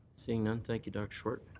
seeing none thank you, dr. swart.